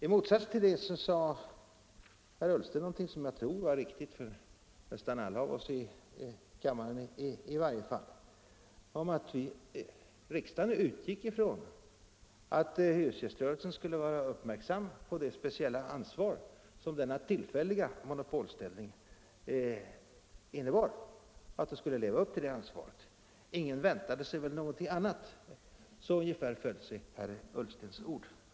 I motsats till det sade herr Ullsten något som jag tror var riktigt för i varje fall nästan alla ledamöter här i kammaren, nämligen att riksdagen utgick från att hyresgäströrelsen skulle vara uppmärksam på det speciella ansvar som denna tillfälliga monopolställning innebar och att den skulle leva upp till det ansvaret. Ingen väntade sig väl något annat — ungefär så föll herr Ullstens ord.